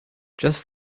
just